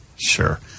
Sure